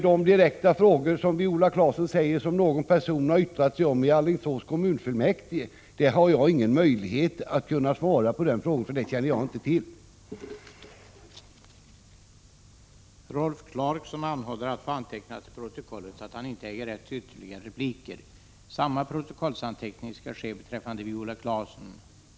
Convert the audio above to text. De direkta frågor som Viola Claesson ställde med anledning av vad någon person har yttrat sig om i Alingsås kommunfullmäktige har jag ingen möjlighet att svara på, därför att jag inte känner till det.